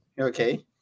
Okay